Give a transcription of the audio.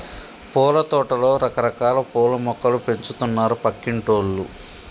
పూలతోటలో రకరకాల పూల మొక్కలు పెంచుతున్నారు పక్కింటోల్లు